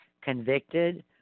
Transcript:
convicted